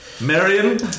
Marion